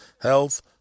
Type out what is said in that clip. health